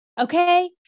okay